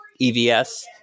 EVS